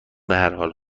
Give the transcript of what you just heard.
بحرحال